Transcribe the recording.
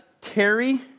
Terry